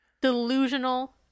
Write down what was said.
Delusional